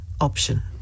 option